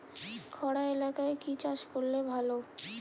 খরা এলাকায় কি চাষ করলে ভালো?